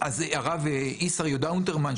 אז הרב ישראל איסר יהודה אונטרמן,